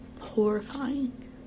horrifying